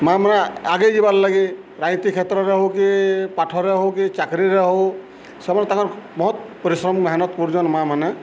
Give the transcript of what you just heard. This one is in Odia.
ମାଆ ମାନେ ଆଗେଇ ଯିବାର୍ ଲାଗି ରାଇତି କ୍ଷେତ୍ରରେ ହଉ କି ପାଠରେ ହଉ କି ଚାକିରିରେ ହଉ ସେମାନେ ତାଙ୍କର ବହୁତ ପରିଶ୍ରମ ମେହନତ କରୁଚନ୍ ମାଆ ମାନେ